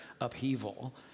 upheaval